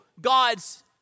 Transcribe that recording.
God's